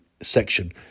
section